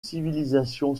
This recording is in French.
civilisation